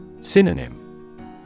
Synonym